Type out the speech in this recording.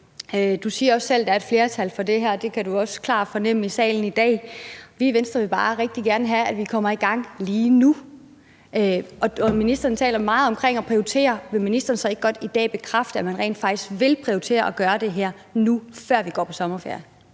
siger også selv, at der er flertal for det her, og at han også klart kan fornemme det i salen i dag. Vi i Venstre vil bare rigtig gerne have, at vi kommer i gang lige nu. Ministeren taler meget om at prioritere, så vil ministeren ikke godt i dag bekræfte, at man rent faktisk vil prioritere at gøre det her nu, før vi går på sommerferie?